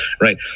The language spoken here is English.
Right